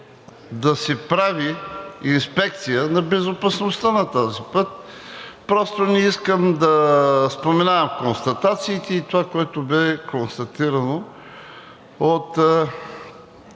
да се прави инспекция на безопасността на този път, просто не искам да споменавам констатациите и това, което бе констатирано от